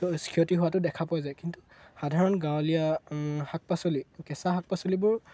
ক্ষতি হোৱাটো দেখা পোৱা যায় কিন্তু সাধাৰণ গাঁৱলীয়া শাক পাচলি কেঁচা শাক পাচলিবোৰ